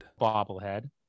bobblehead